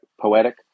poetic